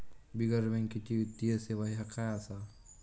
बिगर बँकेची वित्तीय सेवा ह्या काय असा?